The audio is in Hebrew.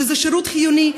שזה שירות חיוני.